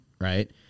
right